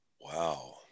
Wow